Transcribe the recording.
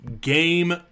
game